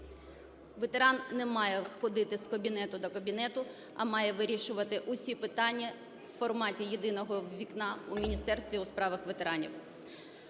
Ветеран не має ходити з кабінету до кабінету, а має вирішувати усі питання в форматі "єдиного вікна" у Міністерстві у справах ветеранів.